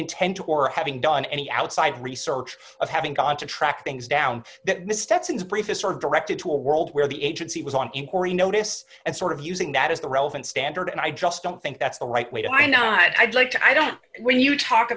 intent to or having done any outside research of having gone to track things down that missteps in the previous or directed to a world where the agency was on inquiry notice and sort of using that as the relevant standard and i just don't think that's the right way to i not i'd like to i don't when you talk